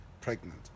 pregnant